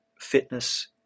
fitness